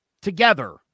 together